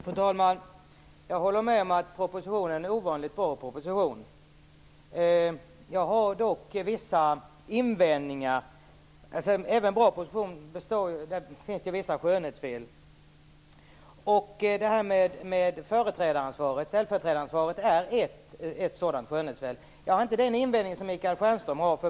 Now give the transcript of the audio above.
Fru talman! Jag håller med om att det är en ovanligt bra proposition. Jag har dock vissa invändningar. Det finns vissa skönhetsfel även i en bra proposition. Ställföreträdaransvaret är ett sådant skönhetsfel. Jag har inte samma invändning som Michael Stjernström.